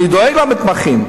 אני דואג למתמחים.